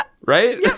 right